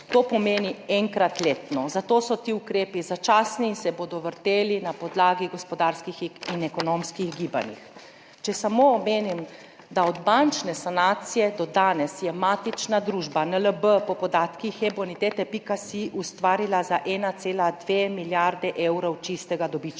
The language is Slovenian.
To pomeni enkrat letno, zato so ti ukrepi začasni in se bodo vrteli na podlagi gospodarskih in ekonomskih gibanj. Če samo omenim, da je od bančne sanacije do danes matična družba NLB po podatkih EBONITETE.SI ustvarila za 1,2 milijardi evrov čistega dobička.